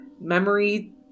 memory